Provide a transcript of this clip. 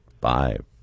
five